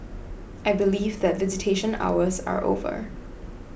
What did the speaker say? I believe that visitation hours are over